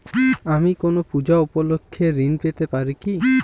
আমি কোনো পূজা উপলক্ষ্যে ঋন পেতে পারি কি?